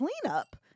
cleanup